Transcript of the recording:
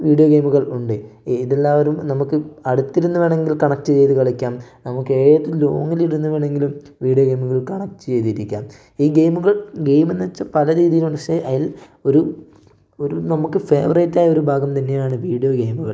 video ഗെയിമുകൾ ഉണ്ട് ഇതെല്ലാവരും നമുക്ക് അടുത്തിരുന്ന് വേണെങ്കിൽ കണക്റ്റ് ചെയ്ത് കളിക്കാം നമുക്ക് ഏത് ലോങ്ങിൽ ഇരുന്ന് വേണമെങ്കിലും വീഡിയോ ഗെയിമുകൾ കണക്റ്റ് ചെയ്ത് ഇരിക്കാം ഈ ഗെയിമുകൾ ഗെയിമെന്ന് വെച്ചാൽ പല രീതിയിലുണ്ട് പക്ഷെ അതിൽ ഒരു ഒരു നമുക്ക് ഫേവറേറ്റായ ഒരു ഭാഗം തന്നെയാണ് വീഡിയോ ഗെയിമുകൾ